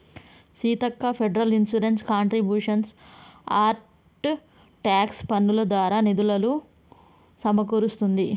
Seethakka federal insurance contributions act tax పన్నులు దారా నిధులులు సమకూరుస్తుంది